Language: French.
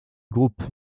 groupe